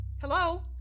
Hello